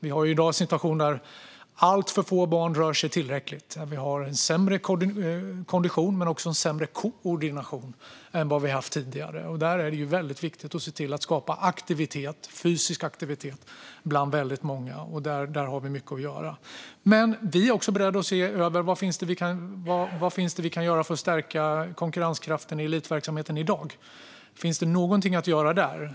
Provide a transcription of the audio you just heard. Vi har i dag en situation där alltför få barn rör sig tillräckligt. Vi har sämre kondition men också sämre koordination än vad vi har haft tidigare, och där är det viktigt att se till att fysisk aktivitet skapas bland många. Där har vi mycket att göra. Vi är också beredda att se över vad vi kan göra för att stärka konkurrenskraften i elitverksamheten i dag.